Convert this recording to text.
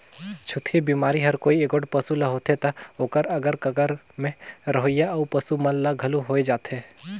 छूतही बेमारी हर कोई एगोट पसू ल होथे त ओखर अगर कगर में रहोइया अउ पसू मन ल घलो होय जाथे